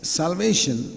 salvation